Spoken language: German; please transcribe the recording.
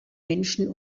menschen